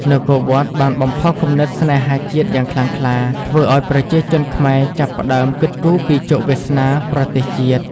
នគរវត្ត បានបំផុសគំនិតស្នេហាជាតិយ៉ាងខ្លាំងក្លា ធ្វើឱ្យប្រជាជនខ្មែរចាប់ផ្ដើមគិតគូរពីជោគវាសនាប្រទេសជាតិ។